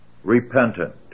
Repentant